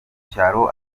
cyaro